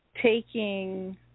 taking